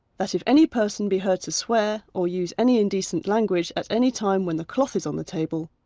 that if any person be heard to swear or use any indecent language at any time when the cloth is on the table,